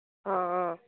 অঁ অঁ